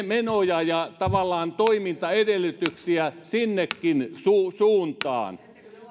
menoja ja tavallaan toimintaedellytyksiä sinnekin suuntaan